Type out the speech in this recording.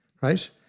right